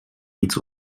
iets